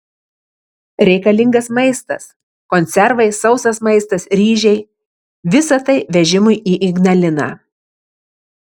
reikalingas maistas konservai sausas maistas ryžiai visa tai vežimui į ignaliną